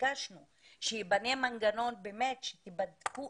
וביקשנו שייבנה מנגנון שיבדקו